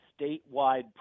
statewide